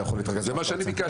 אתה יכול להתרכז במה שאתה רוצה.